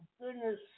goodness